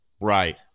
right